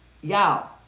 y'all